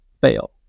fail